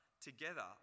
together